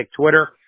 Twitter